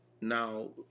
Now